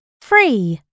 free